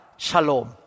Shalom